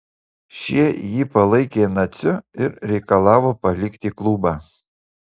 šie jį palaikė naciu ir reikalavo palikti klubą